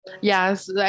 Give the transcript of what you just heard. Yes